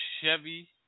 Chevy